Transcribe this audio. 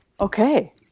Okay